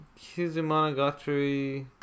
Kizumonogatari